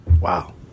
Wow